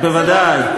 בוודאי.